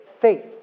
Faith